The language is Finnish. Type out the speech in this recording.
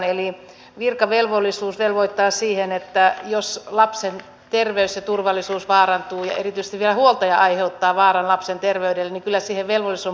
eli virkavelvollisuus velvoittaa siihen että jos lapsen terveys ja turvallisuus vaarantuu ja erityisesti vielä huoltaja aiheuttaa vaaran lapsen terveydelle niin kyllä siihen velvollisuus on puuttua